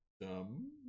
dumb